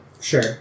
Sure